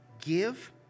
Give